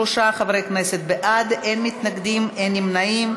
53 חברי כנסת בעד, אין מתנגדים, אין נמנעים.